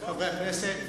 חברי הכנסת,